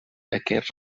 aquests